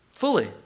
fully